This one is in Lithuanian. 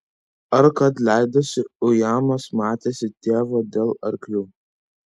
ar kad leidosi ujamas matėsi tėvo dėl arklių